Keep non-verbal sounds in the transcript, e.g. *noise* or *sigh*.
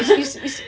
*laughs*